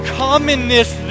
commonness